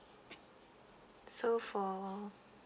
so for